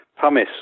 pumice